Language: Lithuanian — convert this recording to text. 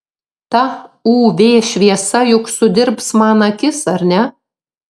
ta uv šviesa juk sudirbs man akis ar ne